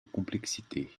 complexité